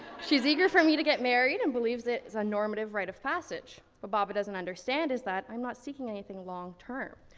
she's eager for me to get married and believes it's a normative right of passage. what baba doesn't understand is that i'm not seeking anything long-term.